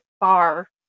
bar